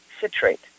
citrate